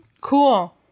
cool